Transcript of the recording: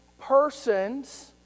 persons